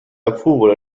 approuve